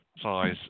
size